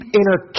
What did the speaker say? inner